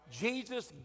Jesus